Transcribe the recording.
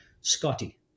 scotty